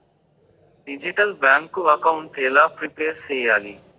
Digital bank account ఎలా prepare సెయ్యాలి?